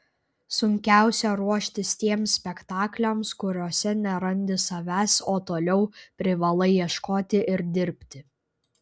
sunkiausia ruoštis tiems spektakliams kuriuose nerandi savęs o toliau privalai ieškoti ir dirbti